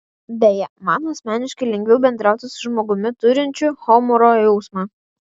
beje man asmeniškai lengviau bendrauti su žmogumi turinčiu humoro jausmą